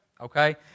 Okay